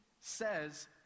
says